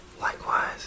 likewise